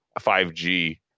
5G